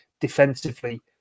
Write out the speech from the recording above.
defensively